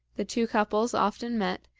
the two couples often met,